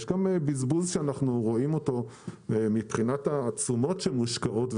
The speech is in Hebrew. יש גם בזבוז שאנחנו רואים מבחינת התשומות שמושקעות,